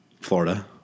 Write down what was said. Florida